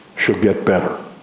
she'll get better.